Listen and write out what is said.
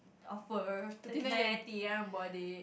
offer thirty nine ninety I bought it